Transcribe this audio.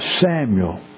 Samuel